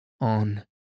On